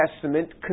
Testament